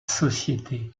société